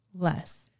Less